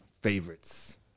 favorites